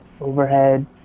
overhead